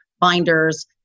binders